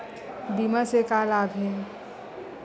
बीमा से का लाभ हे?